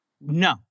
no